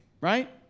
Right